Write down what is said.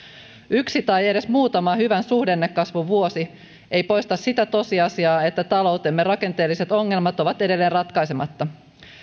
yksi tai edes muutama hyvän suhdannekasvun vuosi ei poista sitä tosiasiaa että taloutemme rakenteelliset ongelmat ovat edelleen ratkaisematta